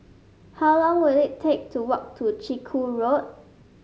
how long will it take to walk to Chiku Road